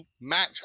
match